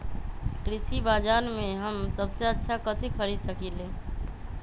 कृषि बाजर में हम सबसे अच्छा कथि खरीद सकींले?